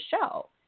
show